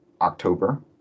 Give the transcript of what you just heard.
October